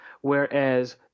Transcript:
whereas